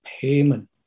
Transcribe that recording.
payment